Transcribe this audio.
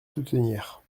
soutenir